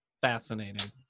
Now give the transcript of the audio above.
fascinating